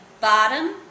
bottom